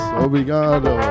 obrigado